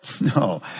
No